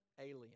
alien